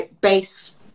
base